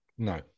No